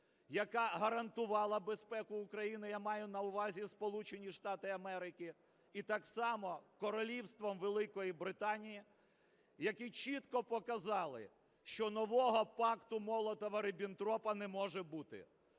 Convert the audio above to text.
яка гарантувала безпеку України, я маю на увазі Сполучені Штати Америки і так само Королівством Великої Британії, які чітко показали, що нового пакту Молотова-Ріббентропа не може бути.